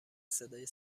صدای